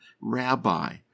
rabbi